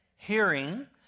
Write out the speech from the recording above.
Hearing